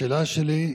השאלה שלי,